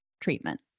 treatment